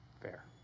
Fair